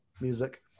music